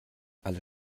alle